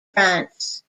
france